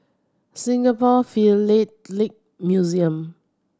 Singapore Philatelic Museum